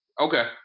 Okay